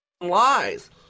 lies